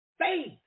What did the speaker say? Faith